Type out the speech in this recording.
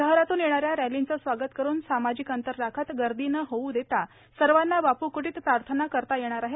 शहरातून येणाऱ्या रॅलींचे स्वागत करुन सामाजिक अंतर राखत गर्दी न होऊ देता सर्वांना बापू कुटीत प्रार्थना करता येणार आहे